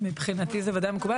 כן, מבחינתי זה ודאי מקובל.